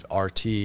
RT